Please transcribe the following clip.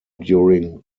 during